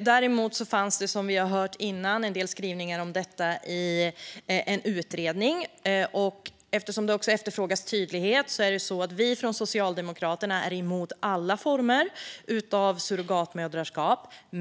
Däremot fanns det, som vi hörde tidigare, en del skrivningar om detta i en utredning. Eftersom det efterfrågas tydlighet kan jag säga att vi i Socialdemokraterna är emot alla former av surrogatmödraskap.